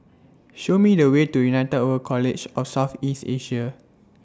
Show Me The Way to United World College of South East Asia